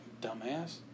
dumbass